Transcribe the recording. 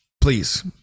please